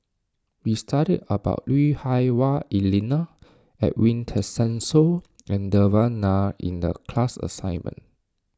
we studied about Lui Hah Wah Elena Edwin Tessensohn and Devan Nair in the class assignment